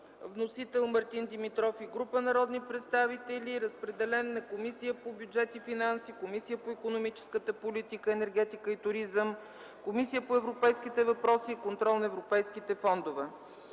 Вносител – Мартин Димитров и група народни представители. Разпределен на Комисията по бюджет и финанси, Комисията по икономическата политика, енергетика и туризъм и Комисията по европейските въпроси и контрол на европейските фондове;